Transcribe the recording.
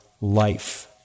life